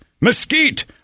mesquite